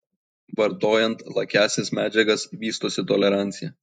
vartojant lakiąsias medžiagas vystosi tolerancija